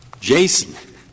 Jason